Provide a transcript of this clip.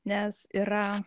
nes yra